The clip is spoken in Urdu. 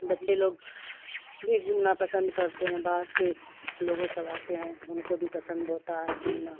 بچے لوگ بھی گھومنا پسند کرتے ہیں باہر سے لوگو سب آتے ہیں ان کو بھی پسند ہوتا ہے گھومنا